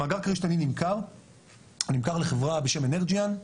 מאגר כריש/תנין נמכר לחברה בשם אנרג'יאן,